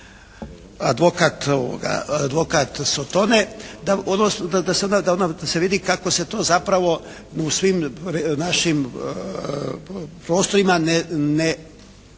advokat sotone, da se vidi kako se to zapravo u svim našim prostorima ne